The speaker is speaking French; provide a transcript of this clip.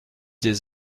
des